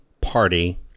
party